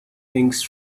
things